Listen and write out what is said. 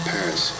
Paris